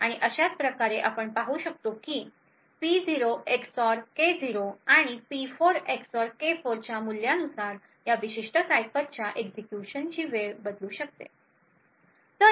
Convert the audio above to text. आणि अशाप्रकारे आपण पाहू शकतो की P0 एक्सऑर K0आणि P4 एक्सऑर K4 च्या मूल्यानुसार या विशिष्ट सायफरची एक्झिक्युशनची वेळ बदलू शकते